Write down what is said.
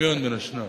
הדמיון בין השניים.